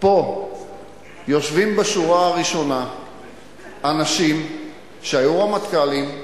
יושבים פה בשורה הראשונה אנשים שהיו רמטכ"לים,